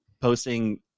posting